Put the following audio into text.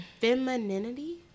femininity